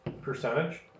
Percentage